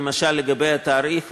למשל לגבי התאריך,